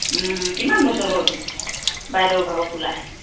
কিমান বছৰ হ'ল বাইদেউ ভাগৰ খোলা